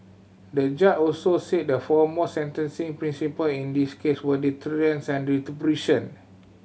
the judge also said the foremost sentencing principle in this case were deterrence and retribution